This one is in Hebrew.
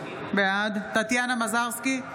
בעד טטיאנה מזרסקי,